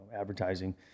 advertising